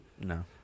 No